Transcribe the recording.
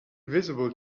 visible